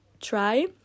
try